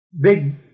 big